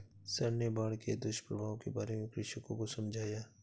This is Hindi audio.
सर ने बाढ़ के दुष्प्रभावों के बारे में कृषकों को समझाया